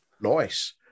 Nice